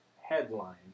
headline